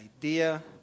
idea